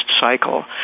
cycle